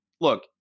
Look